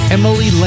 Emily